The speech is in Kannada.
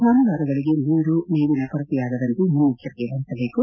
ಜಾನುವಾರುಗಳಿಗೆ ನೀರು ಮೇವಿನ ಕೊರತೆಯಾಗದಂತೆ ಮುನ್ನೆಚ್ಚರಿಕೆ ವಹಿಸಬೇಕು